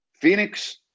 Phoenix